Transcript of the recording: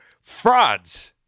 frauds